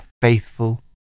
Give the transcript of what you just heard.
faithful